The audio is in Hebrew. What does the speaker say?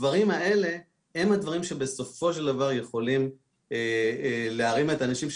הדברים האלה הם הדברים שבסופו של דבר יכולים להרים את האנשים,